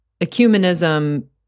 ecumenism